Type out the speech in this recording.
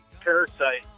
parasite